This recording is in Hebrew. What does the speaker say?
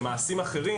במעשים אחרים